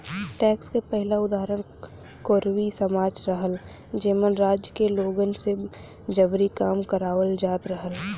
tax क पहिला उदाहरण कोरवी समाज रहल जेमन राज्य के लोगन से जबरी काम करावल जात रहल